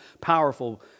powerful